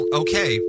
okay